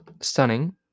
stunning